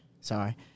Sorry